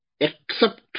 accept